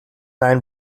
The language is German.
ein